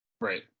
Right